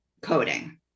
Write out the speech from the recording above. coding